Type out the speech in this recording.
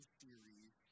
series